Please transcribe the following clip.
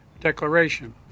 declaration